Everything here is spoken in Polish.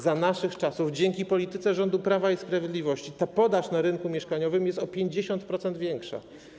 Za naszych czasów dzięki polityce rządu Prawa i Sprawiedliwości podaż na rynku mieszkaniowym jest o 50% większa.